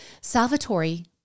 Salvatore